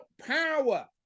power